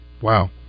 Wow